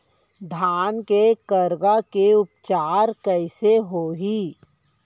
धान के करगा के उपचार कइसे होही?